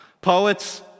Poets